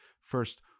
First